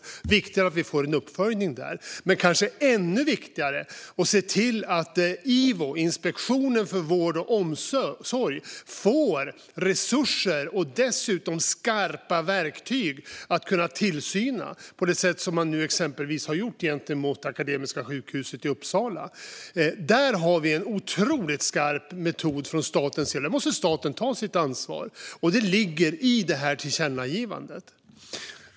Där är det viktigt att vi får en uppföljning, men det är kanske ännu viktigare att se till att Ivo, Inspektionen för vård och omsorg, får resurser och dessutom skarpa verktyg att kunna tillsyna på det sätt som man nu exempelvis har gjort gentemot Akademiska sjukhuset i Uppsala. Där har vi en otroligt skarp metod från statens sida, och där måste staten ta sitt ansvar. Det ligger i tillkännagivandet.